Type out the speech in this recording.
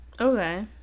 Okay